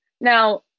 Now